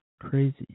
Crazy